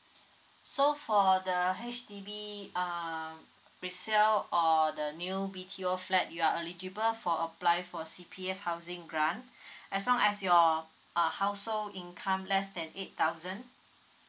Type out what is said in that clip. so for the H_D_B uh resale or the new B_T_O flat you are eligible for apply for C_P_F housing grant as long as your uh household income less than eight thousand